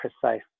precise